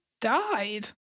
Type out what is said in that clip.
died